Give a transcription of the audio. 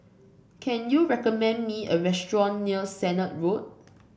can you recommend me a restaurant near Sennett Road